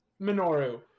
Minoru